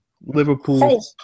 Liverpool